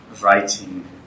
writing